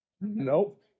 Nope